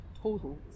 total